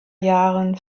jahren